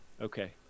Okay